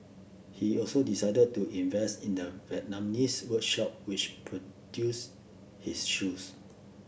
he also decided to invest in the Vietnamese workshop which produced his shoes